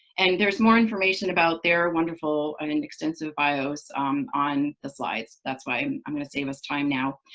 and there's more information about their wonderful and and extensive bios on the slides. that's why i'm going to save us time now.